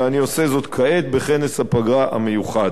ואני עושה זאת כעת בכנס הפגרה המיוחד.